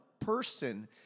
person